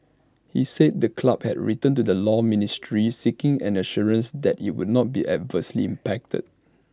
he said the club had written to the law ministry seeking an assurance that IT would not be adversely impacted